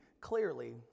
clearly